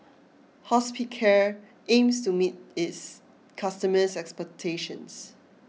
Hospicare aims to meet its customers' expectations